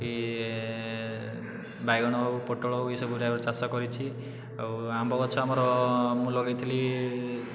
କି ବାଇଗଣ ହେଉ ପୋଟଳ ହେଉ ଏସବୁ ଚାଷ କରିଛି ଆଉ ଆମ୍ବ ଗଛ ଆମର ମୁଁ ଲଗାଇଥିଲି